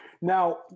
Now